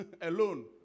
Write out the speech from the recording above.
alone